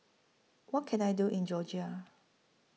What Can I Do in Georgia